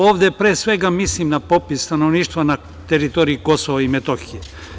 Ovde pre svega mislim na popis stanovništva na teritoriji Kosova i Metohije.